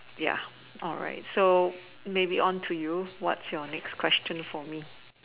ya alright so maybe on to you what's your next question for me